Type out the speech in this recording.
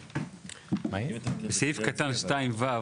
סעיף קטן 2(ו)